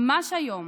ממש היום